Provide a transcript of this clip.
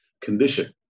condition